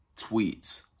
Tweets